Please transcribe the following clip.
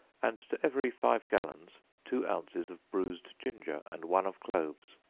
and to every five gallons, two ounces of bruised ginger, and one of cloves,